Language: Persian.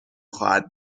خواهد